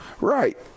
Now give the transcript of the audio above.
Right